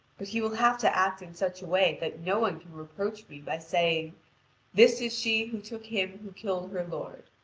but he will have to act in such a way that no one can reproach me by saying this is she who took him who killed her lord